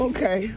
Okay